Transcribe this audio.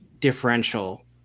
differential